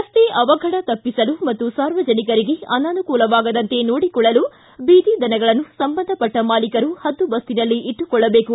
ರಸ್ತೆ ಅವಘಡ ತಪ್ಪಿಸಲು ಮತ್ತು ಸಾರ್ವಜನಿಕರಿಗೆ ಅನಾನುಕೂಲವಾಗದಂತೆ ನೋಡಿಕೊಳ್ಳಲು ಬೀದಿ ದನಗಳನ್ನು ಸಂಬಂಧಪಟ್ಟ ಮಾಲೀಕರು ಹದ್ದುಬಸ್ತಿನಲ್ಲಿ ಇಟ್ಲುಕೊಳ್ಳಬೇಕು